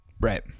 Right